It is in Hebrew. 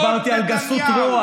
דיברתי על גסות רוח.